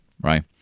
right